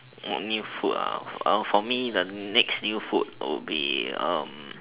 what new food for me the next new food will be